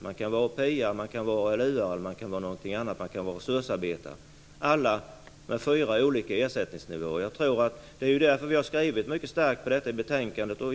Man kan vara API:are, ALU:are eller resursarbetare - alla med fyra olika ersättningsnivåer. Det är ju därför vi har skrivit mycket starkt om detta i betänkandet.